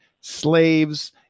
slaves